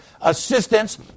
assistance